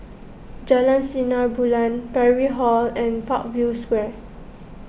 Jalan Sinar Bulan Parry Hall and Parkview Square